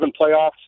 playoffs